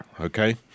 Okay